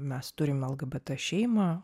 mes turim lgbt šeimą